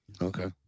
Okay